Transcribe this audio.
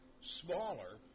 smaller